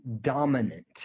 dominant